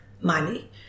money